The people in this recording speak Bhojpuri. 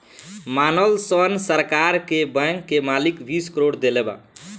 मानल सन सरकार के बैंक के मालिक बीस करोड़ देले बा